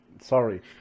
Sorry